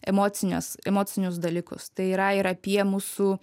emocinius emocinius dalykus tai yra ir apie mūsų